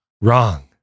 Wrong